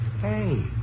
Hey